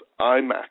iMac